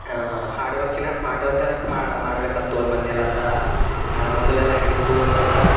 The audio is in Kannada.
ಹಾರ್ಡ್ ವರ್ಕ್ಕ್ಕಿನ್ನ ಸ್ಮಾರ್ಟ್ ವರ್ಕ್ ಮಾಡ್ಬೇಕಂತ ತೋಲು ಮಂದಿ ಅನ್ಲತ್ತಾರ ಮೊದಲೆಲ್ಲ ಹೇಗಿತ್ತು ಅಂತಂದ್ರೆ